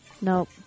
nope